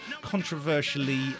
controversially